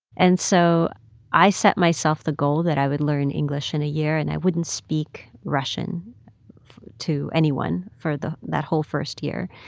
and so i set myself the goal that i would learn english in a year, and i wouldn't speak russian to anyone for that whole first year.